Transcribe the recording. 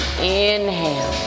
Inhale